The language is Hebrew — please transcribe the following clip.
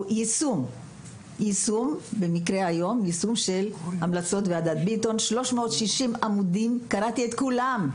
הוא יישום של המלצות ועדת ביטון 360 עמודים; קראתי את כולם,